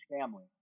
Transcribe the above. family